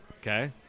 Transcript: Okay